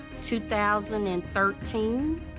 2013